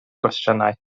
gwestiynau